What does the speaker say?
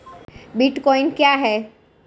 Bitcoin क्या है?